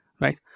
right